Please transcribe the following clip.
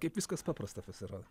kaip viskas paprasta pasirodo